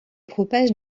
propage